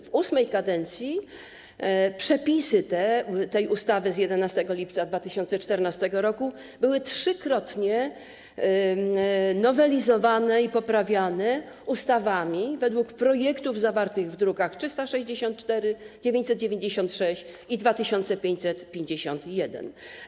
W VIII kadencji przepisy tej ustawy z 11 lipca 2014 r. były trzykrotnie nowelizowane i poprawiane ustawami, których projekty zawarte były w drukach nr 364, 996 i 2551.